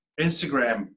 Instagram